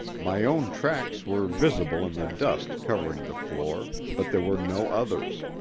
my own tracks were visible in the dust covering the floor, but there were no others.